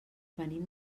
venim